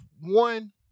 one